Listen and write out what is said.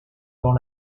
dans